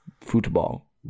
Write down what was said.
football